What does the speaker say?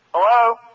Hello